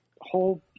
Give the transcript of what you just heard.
Whole